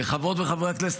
חברות וחברי הכנסת,